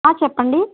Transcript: చెప్పండి